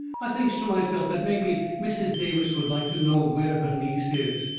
i thinks to myself that mebby mrs. davis would like to know where her niece is,